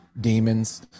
demons